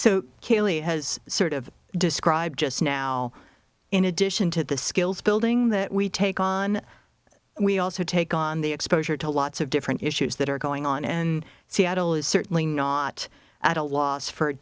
so kili has sort of described just now in addition to the skills building that we take on we also take on the exposure to lots of different issues that are going on in seattle is certainly not at a loss for